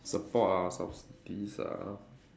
support ah of this ah